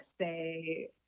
say